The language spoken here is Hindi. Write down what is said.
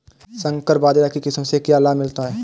संकर बाजरा की किस्म से क्या लाभ मिलता है?